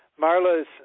Marla's